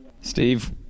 Steve